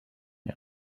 and